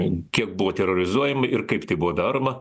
kiek buvo terorizuojami ir kaip tai buvo daroma